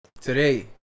today